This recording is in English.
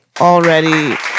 Already